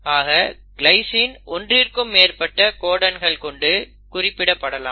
ஆக கிளைஸின் ஒன்றிற்கும் மேற்பட்ட கோடன்கள் கொண்டு குறியிடப்படலாம்